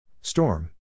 Storm